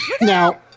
Now